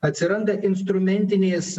atsiranda instrumentinės